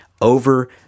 over